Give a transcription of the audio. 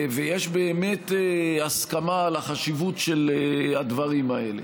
ויש באמת הסכמה על החשיבות של הדברים האלה.